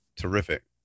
Terrific